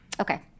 Okay